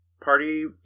party